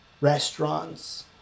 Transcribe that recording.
restaurants